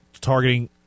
targeting